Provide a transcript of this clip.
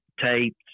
tapes